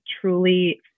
truly